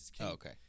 Okay